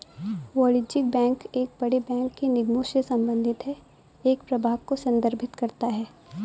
वाणिज्यिक बैंक एक बड़े बैंक के निगमों से संबंधित है एक प्रभाग को संदर्भित करता है